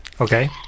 Okay